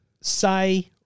say